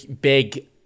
big